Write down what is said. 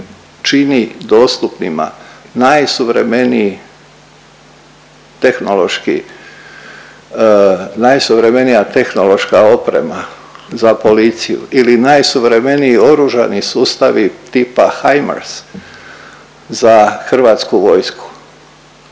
tehnološki, najsuvremenija tehnološka oprema za policiju ili najsuvremeniji oružani sustavi tipa HIMARS za hrvatsku vojsku.